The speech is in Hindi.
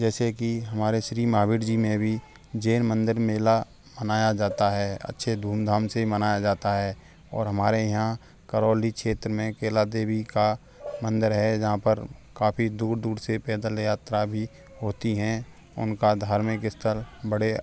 जैसे कि हमारे श्री महावीर जी में भी जैन मंदिर मेला मनाया जाता है अच्छे धूमधाम से मनाया जाता है और हमारे यहाँ करौली क्षेत्र में केला देवी का मंदिर है जहाँ पर काफ़ी दूर दूर से पैदल यात्रा भी होती हैं उनका धार्मिक इस्तर बड़े